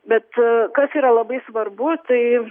bet kas yra labai svarbu tai